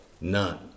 None